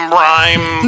rhyme